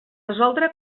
resoldre